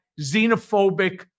xenophobic